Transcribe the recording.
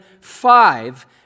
five